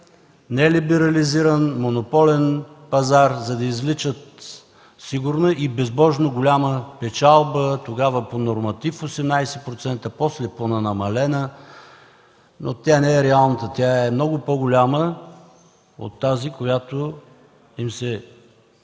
нелиберализиран монополен пазар, за да извличат сигурна и безбожно голяма печалба, тогава по норматив 18%, после понамалена, но тя не е реалната, тя е много по-голяма от тази, която им се